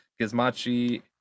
Gizmachi